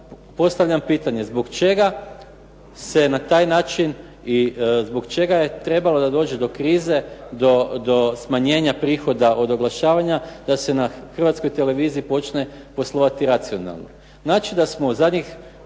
postavljam pitanje. Zbog čega se na taj način i zbog čega je trebalo da dođe do krize, do smanjenja prihoda od oglašavanja, da se na Hrvatskoj televiziji počne poslovati racionalno? Znači da smo u zadnjih